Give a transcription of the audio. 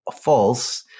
false